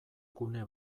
gune